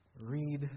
read